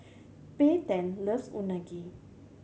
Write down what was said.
Payten loves Unagi